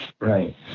right